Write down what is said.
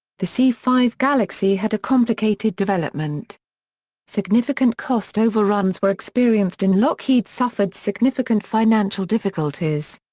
the c five galaxy had a complicated development significant cost overruns were experienced and lockheed suffered significant financial difficulties.